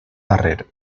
darrer